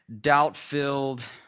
doubt-filled